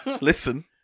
listen